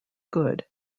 good